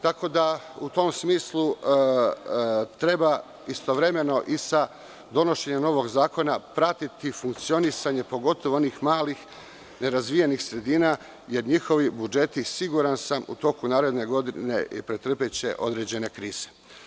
Tako da u tom smislu treba istovremeno i sa donošenjem novog zakona pratiti funkcionisanje, pogotovu onih malih nerazvijenih sredina, jer njihovi budžeti siguran sam u toku naredne godine pretrpeće određene krize.